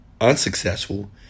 unsuccessful